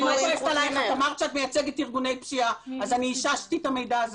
את אמרת שאת מייצגת ארגוני פשיעה ואני איששתי את המידע הזה.